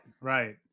right